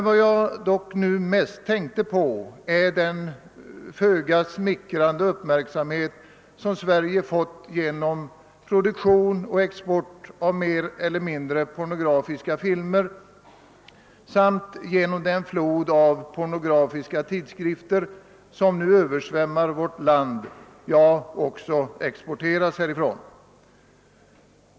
Vad jag nu mest tänker på är emellertid den föga smickrande uppmärksamhet som Sverige har fått genom produktion och export av mer eller mindre pornografiska filmer samt genom den flod av pornografiska tidskrifter som nu översvämmar vårt land — ja, också exporteras härifrån.